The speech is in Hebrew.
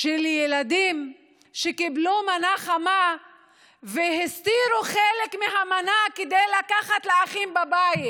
של ילדים שקיבלו מנה חמה והסתירו חלק מהמנה כדי לקחת לאחים בבית.